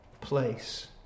place